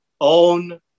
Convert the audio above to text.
own